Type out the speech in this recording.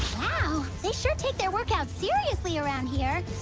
wow, we should take their work out seriously around here